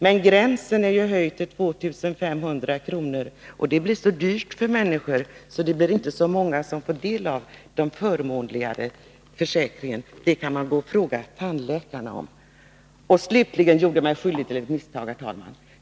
Men gränsen för tandvårdsförsäkringen har höjts till 2 500 kr., och det blir så dyrt för människorna att det inte blir så många som får del av den förmånligare försäkringen — det kan man fråga tandläkarna om. Slutligen gjorde jag mig skyldig till ett misstag, herr talman.